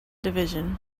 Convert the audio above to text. division